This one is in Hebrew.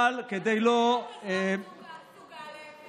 אבל כדי לא, איך זה להיות אזרח סוג א'?